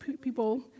people